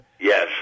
Yes